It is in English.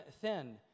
thin